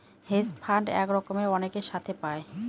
hedge fund এক রকমের অনেকের সাথে পায়